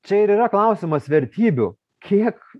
čia ir yra klausimas vertybių kiek